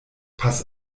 pass